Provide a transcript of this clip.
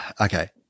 okay